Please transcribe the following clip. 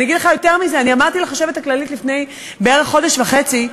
אני אגיד לך יותר מזה: אני אמרתי לחשבת הכללית לפני בערך חודש וחצי,